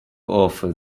offer